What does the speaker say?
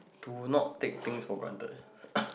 do not take things for granted